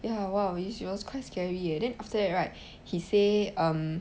ya !wah! it was quite scary eh then after that right he say um